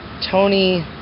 Tony